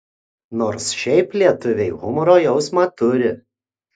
nors šiaip lietuviai humoro jausmą turi